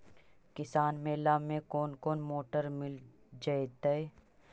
किसान मेला में कोन कोन मोटर मिल जैतै?